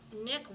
Nick